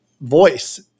voice